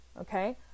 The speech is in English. okay